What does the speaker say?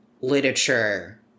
literature